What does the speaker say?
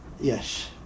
yes